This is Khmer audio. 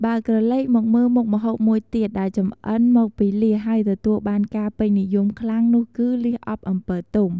បើក្រឡេកមកមើលមុខម្ហូបមួយទៀតដែលចំអិនមកពីលៀសហើយទទួលបានការពេញនិយមខ្លាំងនោះគឺ លៀសអប់អំពិលទុំ។